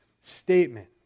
statement